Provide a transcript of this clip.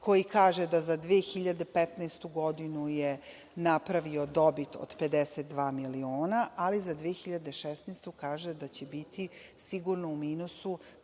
koji kaže da za 2015. godinu je napravio dobit od 52 miliona, ali za 2016. godinu kaže da će biti sigurno u minusu